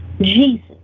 Jesus